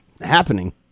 happening